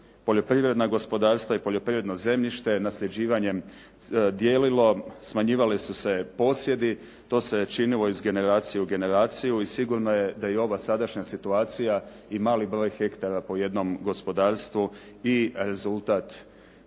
poljoprivredna gospodarstva i poljoprivredno zemljište, nasljeđivanjem dijelilo, smanjivali su se posjedi, to se činilo iz generacije u generaciju. I sigurno je da je ova sadašnja situacija i mali broj hektara po jednom gospodarstvu i rezultat takve